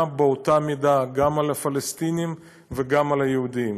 באותה מידה גם על הפלסטינים וגם על היהודים.